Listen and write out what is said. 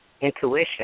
intuition